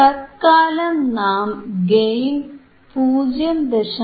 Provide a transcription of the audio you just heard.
തത്ക്കാലം നാം ഗെയിൻ 0